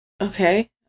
Okay